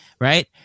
right